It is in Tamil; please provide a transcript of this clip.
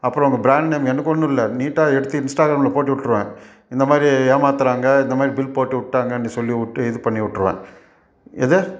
அப்புறோம் உங்கள் ப்ராண்ட் நேம் எனக்கு ஒன்றும் இல்லை நீட்டாக எடுத்து இன்ஸ்ட்டாக்ராமில் போட்டுவிட்ருவேன் இந்தமாதிரி ஏமாத்துகிறாங்க இந்தமாதிரி பில் போட்டு விட்டாங்கன்னு சொல்லிவிட்டு இது பண்ணி விட்ருவேன் எது